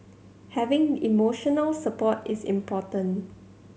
having emotional support is important